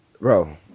bro